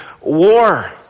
war